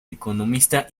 economista